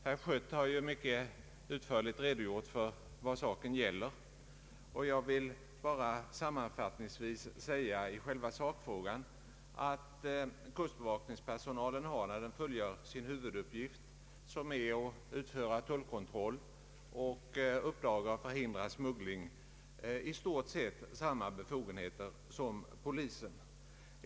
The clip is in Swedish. Herr Schött har mycket utförligt redogjort för vad saken gäller, och jag vill endast sammanfattningsvis i själva sakfrågan anföra att kustbevakningspersonalen när den fullgör sin huvuduppgift, som är att utöva tullkontroll och uppdaga och förhindra smuggling, har i stort sett samma befogenheter som polisen.